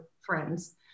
friends